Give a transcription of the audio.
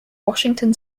washington